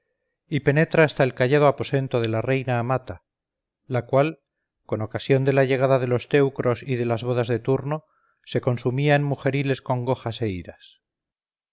y penetra hasta el callado aposento de la reina amata la cual con ocasión de la llegada de los teucros y de las bodas de turno se consumía en mujeriles congojas e iras